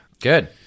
Good